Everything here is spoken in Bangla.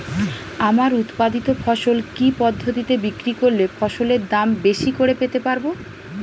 আমার উৎপাদিত ফসল কি পদ্ধতিতে বিক্রি করলে ফসলের দাম বেশি করে পেতে পারবো?